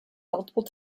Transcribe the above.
multiple